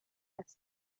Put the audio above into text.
است